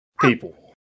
people